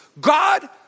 God